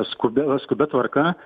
skubia skubia tvarka